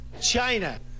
China